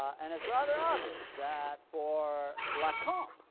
and it's rather obvious that for lacan,